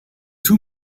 too